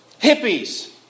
hippies